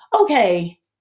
Okay